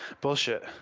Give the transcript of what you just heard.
Bullshit